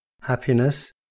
Happiness